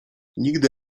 nigdy